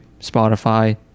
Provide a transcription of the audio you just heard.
Spotify